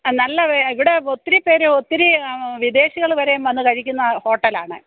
നല്ല ഇവിടെ ഒത്തിരി പേര് ഒത്തിരി വിദേശികൾ വരേം വന്ന് കഴിക്കുന്ന ഹോട്ടെലാണ്